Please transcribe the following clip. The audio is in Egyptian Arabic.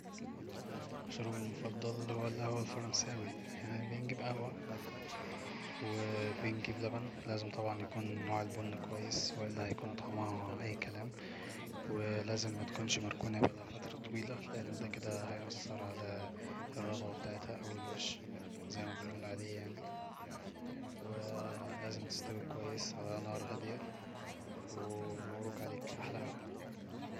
"مشروبي المفضل هو القهوة الفرنساوي يعني بنجيب قهوة وبنجيب لبن لازم طبعا يكون نوع البن كويس والا هيكون طعمها اي كلام ولازم متكونش مركونة فترة طويلة لان دا كده هياثر على الرغوة بتاعتها أو الوش زي م بنقول عليه يعني و لازم تستوي كويس تقعد على نار هادئة ومبروك عليك احلى قهوة"